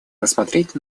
рассмотреть